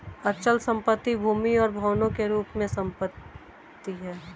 अचल संपत्ति भूमि और भवनों के रूप में संपत्ति है